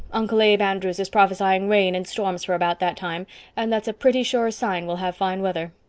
uncle abe andrews is prophesying rain and storms for about that time and that's a pretty sure sign we'll have fine weather.